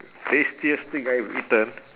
tastiest thing I have eaten